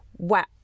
Wow